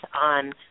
on